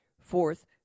Fourth